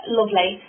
Lovely